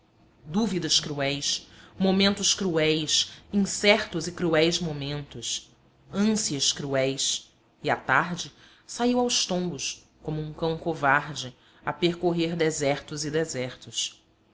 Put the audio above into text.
dúvidas cruéis momentos cruéis incertos e cruéis momentos ânsias cruéis e à tarde saiu aos tombos como um cão covarde a percorrer desertos e desertos